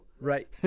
Right